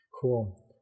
Cool